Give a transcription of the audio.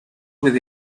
with